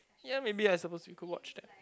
ya maybe I suppose we could watch that